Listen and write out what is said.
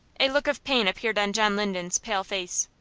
a look of pain appeared on john linden's pale face.